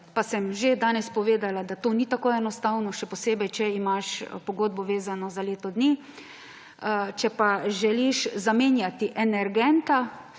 pa sem že danes povedala, da to ni tako enostavno, še posebej, če imaš pogodbo vezano za leto dni. Če pa želiš zamenjati energent,